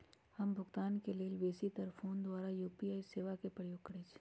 हम भुगतान के लेल बेशी तर् फोन द्वारा यू.पी.आई सेवा के प्रयोग करैछि